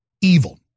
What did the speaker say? evil